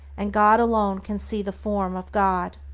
and god alone can see the form of god.